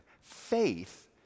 Faith